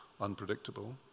unpredictable